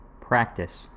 Practice